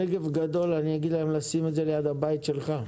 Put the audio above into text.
הנגב גדול, אני אגיד להם לשים את זה ליד הבית שלך.